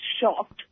shocked